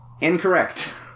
Incorrect